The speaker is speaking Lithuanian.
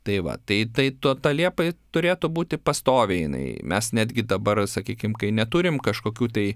tai va tai tai tuo ta ji liepa turėtų būti pastoviai jinai mes netgi dabar sakykim kai neturim kažkokių tai